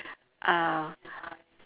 uh